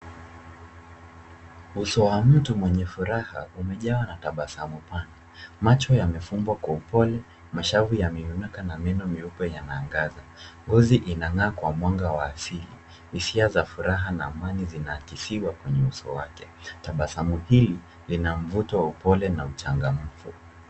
Uso wa mtu mwenye furaha umejawa na tabasamu pana. Macho yamefumbwa kwa upole, mashavu yameinuka na meno meupe yanaangaza. Ngozi inang'aa kwa mwanga wa asili. Hisia za furaha na amani zinaakisiwa kwenye uso wake. Tabasamu hili lina mvuto wa upole na uchangamfu.